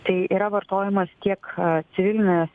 tai yra vartojamas tiek civilinės